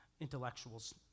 intellectuals